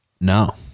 No